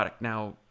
Now